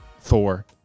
Thor